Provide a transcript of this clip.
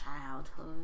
childhood